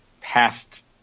past